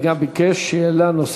מילה במילה.